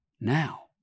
Now